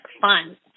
fun